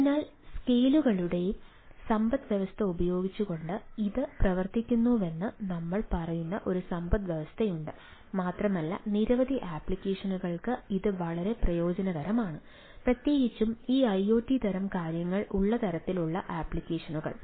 അതിനാൽ സ്കെയിലുകളുടെ സമ്പദ്വ്യവസ്ഥ ഉപയോഗിച്ചുകൊണ്ട് ഇത് പ്രവർത്തിക്കുന്നുവെന്ന് ഞങ്ങൾ പറയുന്ന ഒരു സമ്പദ്വ്യവസ്ഥയുണ്ട് മാത്രമല്ല നിരവധി ആപ്ലിക്കേഷനുകൾക്ക് ഇത് വളരെ പ്രയോജനകരമാണ് പ്രത്യേകിച്ചും ഈ ഐഒടി തരം കാര്യങ്ങൾ ഉള്ള ഇത്തരത്തിലുള്ള ആപ്ലിക്കേഷനുകൾ